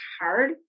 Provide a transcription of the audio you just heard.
hard